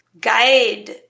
guide